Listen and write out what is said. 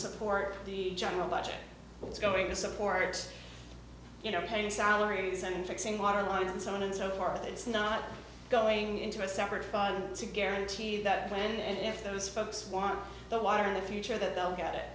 support the general budget but it's going to support you know paying salaries and fixing water lines on and so forth it's not going into a separate file to guarantee that plan and if those folks want the water in the future that they'll get it